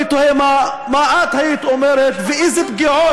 אני תוהה מה את היית אומרת ואיזה פגיעות,